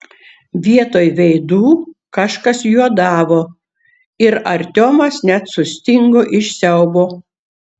vietoj veidų kažkas juodavo ir artiomas net sustingo iš siaubo